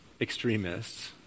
extremists